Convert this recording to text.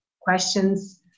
questions